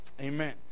Amen